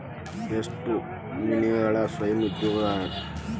ಎಷ್ಟ ಮಿಲೇನಿಯಲ್ಗಳ ಸ್ವಯಂ ಉದ್ಯೋಗಿಗಳಾಗ್ಯಾರ